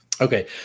Okay